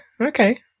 Okay